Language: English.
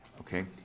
Okay